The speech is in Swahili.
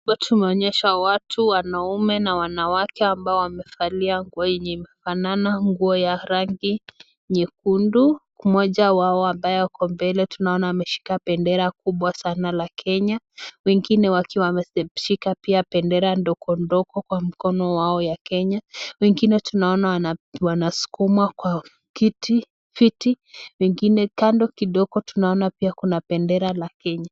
Hapa tumeonyesha watu wanaume na wanawake ambao wamevalia nguo yenye mefanana, nguo ya rangi nyekundu. Mmoja wao ambaye ako mbele tunaona ameshika bendera kubwa sana la Kenya, wengine wakiwa wameshika pia bendera ndogo ndogo kwa mkono wao ya Kenya. Wengine tunaona wanasukumwa kwa kiti viti, wengine kando kidogo tunaona pia kuna bendera la Kenya.